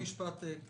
זה משפט...